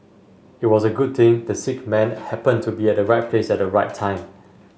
it was a good thing the sick man happened to be at the right place at the right time